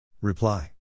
Reply